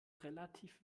relativ